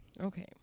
Okay